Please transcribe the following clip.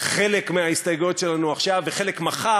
חלק מההסתייגויות שלנו עכשיו וחלק מחר,